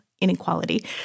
inequality